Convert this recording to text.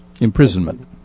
imprisonment